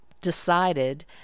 decided